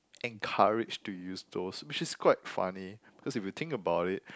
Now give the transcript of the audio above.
encouraged to use those which is quite funny because if you think about it